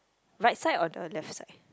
right side or the left side